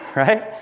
right?